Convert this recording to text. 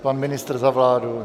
Pan ministr za vládu?